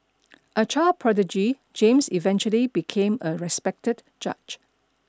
a child prodigy James eventually became a respected judge